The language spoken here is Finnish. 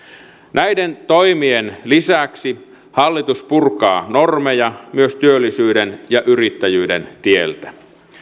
näiden toimien lisäksi hallitus purkaa normeja myös työllisyyden ja yrittäjyyden tieltä